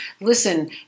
Listen